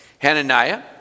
Hananiah